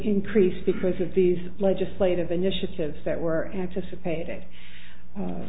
increase because of these legislative initiatives that were anticipate